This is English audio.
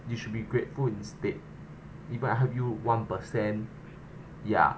you should be grateful instead if I have you one percent ya